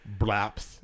Blaps